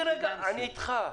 אני אתך.